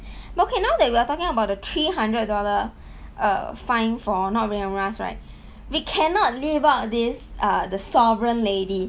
okay now that we are talking about the three hundred dollar err fine for not wearing a mask right we cannot leave out this uh the sovereign lady